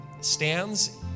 stands